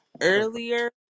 Earlier